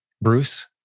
Bruce